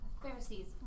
Pharisees